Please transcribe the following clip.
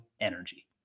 Energy